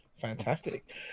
fantastic